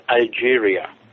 Algeria